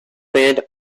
band